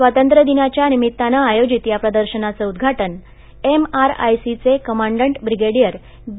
स्वातंत्रदिनाच्या निमित्तानं आयोजित या प्रदर्शनाचं उद्घाटन एम आय आर सी चे कमांडंट ब्रिगेडियर बी